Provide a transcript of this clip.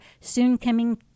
soon-coming